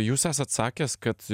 jūs esat sakęs kad